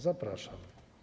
Zapraszam.